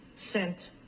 sent